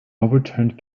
overturned